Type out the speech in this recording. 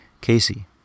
Casey